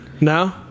No